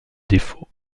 défaut